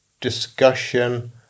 discussion